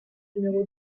numéro